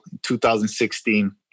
2016